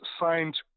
signed